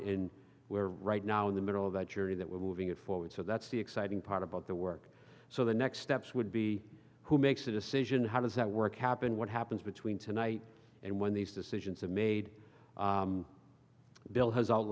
in where right now in the middle of that journey that we're moving it forward so that's the exciting part about the work so the next steps would be who makes a decision how does that work happen what happens between tonight and when these decisions are made bill has o